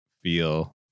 feel